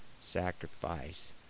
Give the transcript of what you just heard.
sacrifice